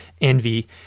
envy